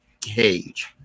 cage